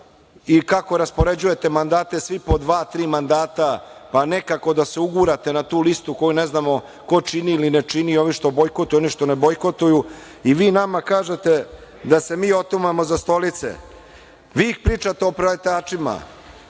i kako raspoređujete mandate, svi po dva, tri mandata pa nekako da se ugurate na tu listu koju ne znamo ko čini ili ne čini, ovi što bojkotuju i oni što ne bojkotuju i vi nama kažete da se mi otimamo za stolice. Vi pričate o preletačima,